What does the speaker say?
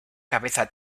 cabeza